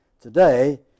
Today